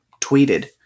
tweeted